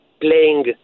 playing